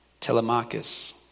Telemachus